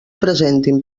presentin